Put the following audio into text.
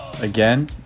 again